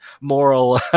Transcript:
moral